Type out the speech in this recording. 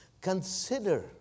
Consider